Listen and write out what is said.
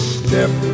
step